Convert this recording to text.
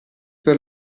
per